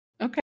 Okay